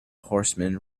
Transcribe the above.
horseman